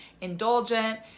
indulgent